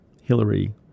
Hillary